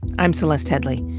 i'm celeste headlee.